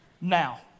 Now